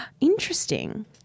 Interesting